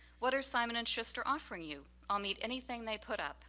what are simon and schuster offering you? i'll meet anything they put up